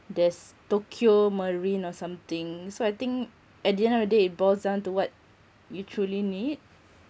there's tokio marine or something so I think at the end of the day it boils down to what you truly need